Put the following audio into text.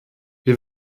wir